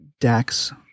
Dax